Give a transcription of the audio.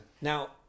now